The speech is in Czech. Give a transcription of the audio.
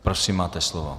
Prosím, máte slovo.